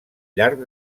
llarg